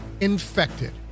Infected